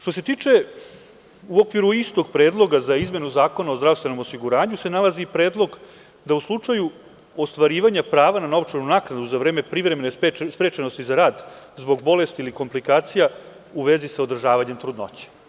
Što se tiče u okviru istog predloga za izmenu Zakona o zdravstvenom osiguranju, nalazi se predlog, da u slučaju ostvarivanja prava na novčanu naknadu za vreme privremene sprečenosti za rad zbog bolesti ili komplikacija u vezi sa održavanjem trudnoće.